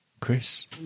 Chris